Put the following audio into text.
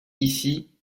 ici